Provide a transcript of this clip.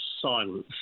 silence